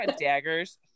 daggers